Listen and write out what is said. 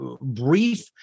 brief